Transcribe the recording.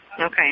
Okay